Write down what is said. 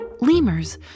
Lemurs